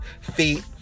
feet